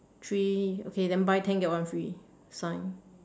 three okay then buy ten get one free sign